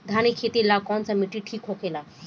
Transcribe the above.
धान के खेती ला कौन माटी ठीक होखेला?